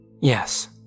Yes